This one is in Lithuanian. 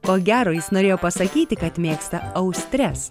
ko gero jis norėjo pasakyti kad mėgsta austres